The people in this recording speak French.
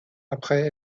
après